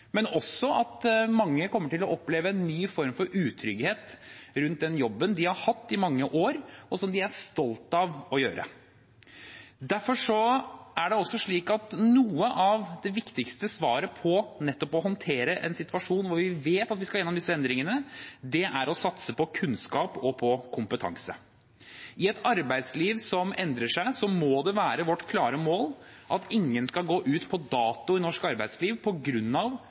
men også at mange kommer til å oppleve en ny form for utrygghet rundt den jobben de har hatt i mange år, og som de er stolt av å gjøre. Derfor er det også slik at noe av det viktigste svaret på nettopp å håndtere en situasjon hvor vi vet at vi skal gjennom disse endringene, er å satse på kunnskap og kompetanse. I et arbeidsliv som endrer seg, må det være vårt klare mål at ingen skal gå ut på dato i norsk arbeidsliv